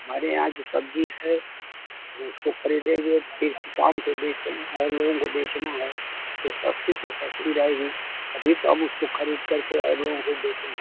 हमारे यहाँ जो सब्जी है वो इसको खरीदेंगे फिर शाम को बेचे और लोगों को बेचना है तो सस्ती से सस्ती रहेगी तभी तो हम उसको खरीद कर के और लोगों को बेचेंगे